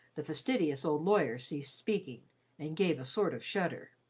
the fastidious old lawyer ceased speaking and gave a sort of shudder.